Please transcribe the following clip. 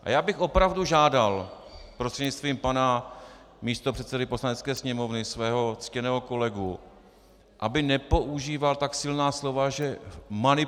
Já bych opravdu žádal prostřednictvím pana místopředsedy Poslanecké sněmovny svého ctěného kolegu, aby nepoužíval tak silná slova, že manipuluji s grafy.